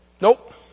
Nope